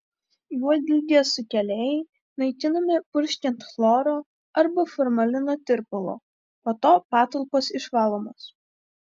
juodligės sukėlėjai naikinami purškiant chloro arba formalino tirpalu po to patalpos išvalomos